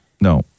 No